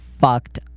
fucked